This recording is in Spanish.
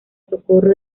socorro